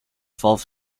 fourth